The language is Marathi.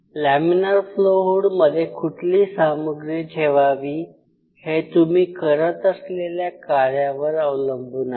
लॅमीनार फ्लो हुड मध्ये कुठली सामग्री ठेवावी हे तुम्ही करत असलेल्या कार्यावर अवलंबून आहे